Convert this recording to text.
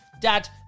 dad